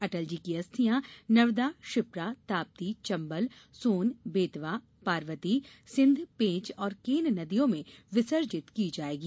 अटल जी की अस्थियां नर्मदा क्षिप्रा ताप्ती चम्बल सोन बेतवा पार्वती सिंध पेंच और केन नदियों में विसर्जित की जायेंगी